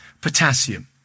potassium